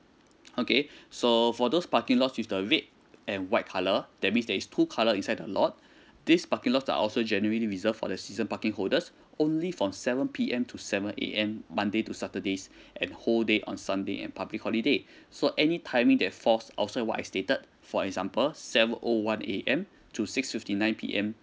okay so for those parking lots with the red and white colour that means there is two colour inside the lot these parking lots are also generally reserve for the season parking holders only from seven P_M to seven A_M monday to saturdays and whole day on sunday and public holiday so any timing that falls outside what I've stated for example seven O one A_M to six fifty nine P_M